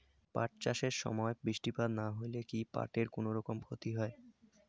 পাট চাষ এর সময় বৃষ্টিপাত না হইলে কি পাট এর কুনোরকম ক্ষতি হয়?